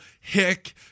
hick